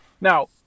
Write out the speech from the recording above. Now